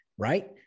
Right